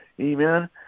Amen